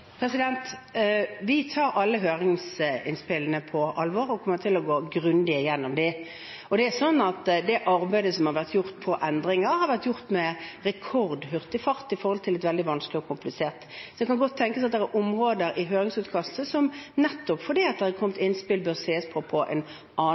Vi tar alle høringsinnspillene på alvor og kommer til å gå grundig igjennom dem. Det arbeidet som har vært gjort med endringer, har vært gjort med rekordhurtig fart i forhold til at det er veldig vanskelig og komplisert. Så det kan godt tenkes at det er områder i høringsutkastet som, nettopp fordi det er kommet innspill, bør ses på på en annen